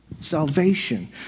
salvation